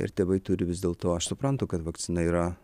ir tėvai turi vis dėl to aš suprantu kad vakcina yra